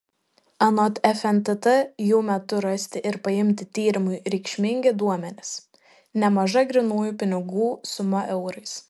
anot fntt jų metu rasti ir paimti tyrimui reikšmingi duomenys nemaža grynųjų pinigų suma eurais